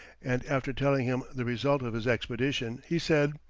and after telling him the result of his expedition he said,